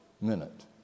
minute